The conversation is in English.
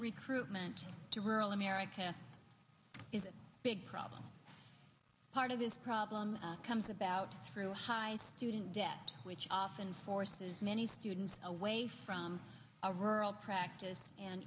recruitment to rural america is a big problem part of this problem comes about through high student debt which often forces many students away from a rural practice and